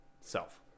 self